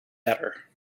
better